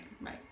Right